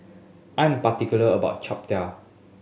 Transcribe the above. I'm particular about